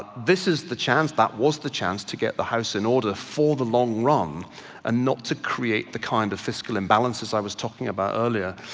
this is the chance, that was the chance to get the house in order for the long run and not to create the kind of fiscal imbalances i was talking about earlier.